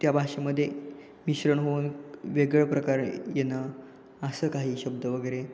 त्या भाषेमध्ये मिश्रण होऊन वेगळ्या प्रकारे येणं असं काही शब्द वगैरे